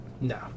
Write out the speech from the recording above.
No